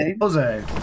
Jose